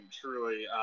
truly